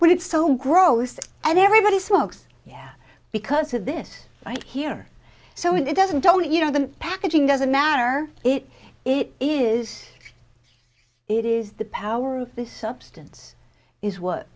when it's so gross and everybody smokes yeah because of this right here so it doesn't don't you know the packaging doesn't matter it it is it is the power of this substance is what